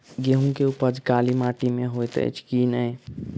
गेंहूँ केँ उपज काली माटि मे हएत अछि की नै?